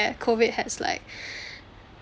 COVID has like